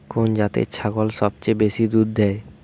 কোন জাতের ছাগল সবচেয়ে বেশি দুধ দেয়?